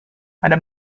ada